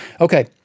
Okay